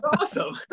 Awesome